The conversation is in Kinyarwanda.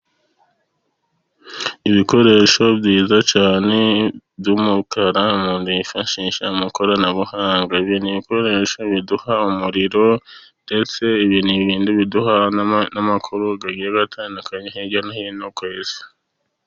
Ibikoresho byiza cyane by'umukara umuntu yifashisha mu ikoranabuhanga. Ibi ni ibikoresho biduha umuriro, ndetse ibi ni ibintu biduha n'amakuru agiye atandukanye hirya no hino ku isi.